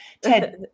Ted